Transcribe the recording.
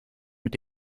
mit